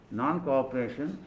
non-cooperation